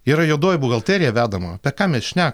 yra juodoji buhalterija vedama apie ką mes šne